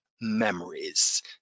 memories